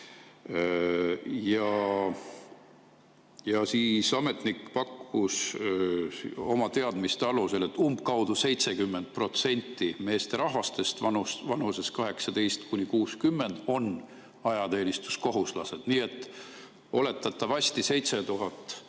ei ole. Ametnik pakkus oma teadmiste alusel, et umbkaudu 70% meesterahvastest vanuses 18–60 on ajateenistuskohuslased. Nii et oletatavasti 7000